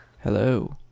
Hello